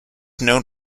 known